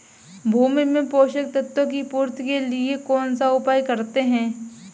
भूमि में पोषक तत्वों की पूर्ति के लिए कौनसा उपाय करते हैं?